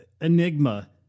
enigma